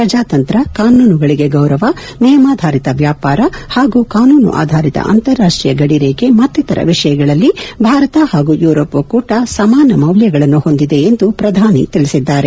ಪ್ರಜಾತಂತ್ರ ಕಾನೂನುಗಳಿಗೆ ಗೌರವ ನಿಯಮಾಧಾರಿತ ವ್ಕಾಪಾರ ಹಾಗೂ ಕಾನೂನು ಆಧಾರಿತ ಅಂತಾರಾಷ್ಟೀಯ ಗಡಿರೇಖೆ ಮತ್ತಿತರ ವಿಷಯಗಳಲ್ಲಿ ಭಾರತ ಪಾಗೂ ಯೂರೋಪ್ ಒಕ್ಕೂಟ ಸಮಾನ ಮೌಲ್ಯಗಳನ್ನು ಹೊಂದಿದೆ ಎಂದು ಪ್ರಧಾನಿ ತಿಳಿಸಿದ್ದಾರೆ